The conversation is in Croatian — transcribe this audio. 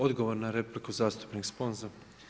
Odgovor na repliku zastupnik Sponza.